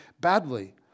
badly